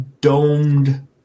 domed